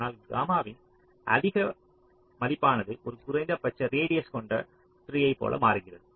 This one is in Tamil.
ஆனால் காமாவின் அதிக மதிப்பானது ஒரு குறைந்தபட்ச ரேடியஸ் கொண்ட ட்ரீயை போல மாறுகிறது